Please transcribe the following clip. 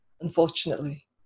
unfortunately